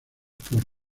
por